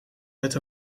het